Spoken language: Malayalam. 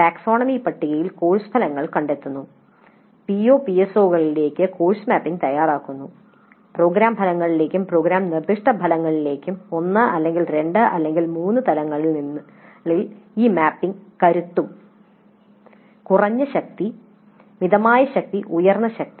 ടാക്സോണമി പട്ടികയിൽ കോഴ്സ് ഫലങ്ങൾ കണ്ടെത്തുന്നു പിഒ പിഎസ്ഒകളിലേക്ക് കോഴ്സ് മാപ്പിംഗ് തയ്യാറാക്കുന്നു പ്രോഗ്രാം ഫലങ്ങളിലേക്കും പ്രോഗ്രാം നിർദ്ദിഷ്ട ഫലങ്ങളിലേക്കും 1 അല്ലെങ്കിൽ 2 അല്ലെങ്കിൽ 3 തലങ്ങളിൽ ഈ മാപ്പിംഗിന്റെ കരുത്തും കുറഞ്ഞ ശക്തി മിതമായ ശക്തി ഉയർന്ന ശക്തി